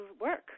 work